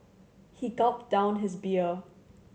he gulped down his beer